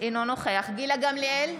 אינו נוכח גילה גמליאל,